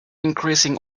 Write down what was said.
increasing